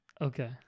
Okay